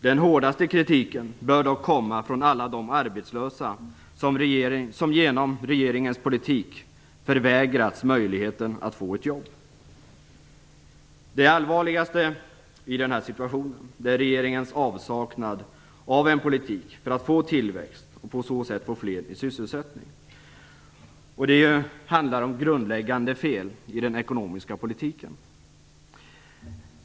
Den hårdaste kritiken bör dock komma från alla de arbetslösa som genom regeringens politik förvägrats möjligheten att få ett jobb. Det allvarligaste i den här situationen är regeringens avsaknad av en politik för att få tillväxt och på så sätt få fler i sysselsättning. Det handlar om grundläggande fel i den ekonomiska politiken.